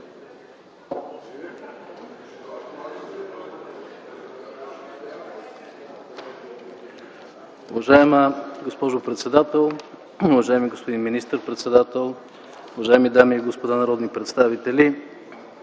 Уважаема госпожо председател, уважаеми господин премиер, уважаеми дами и господа народни представители!